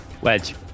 Wedge